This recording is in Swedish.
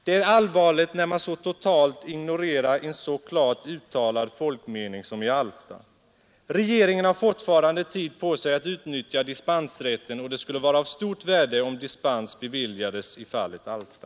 Det är allvarligt när man totalt ignorerar en så klart uttalad folkmening som i Alfta. Regeringen har fortfarande tid på sig att utnyttja dispensrätten, och det skulle vara av stort värde om dispens beviljades i fallet Alfta.